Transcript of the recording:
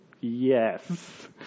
Yes